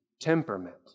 temperament